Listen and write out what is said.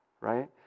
right